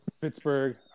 Pittsburgh